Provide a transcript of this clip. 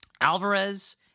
Alvarez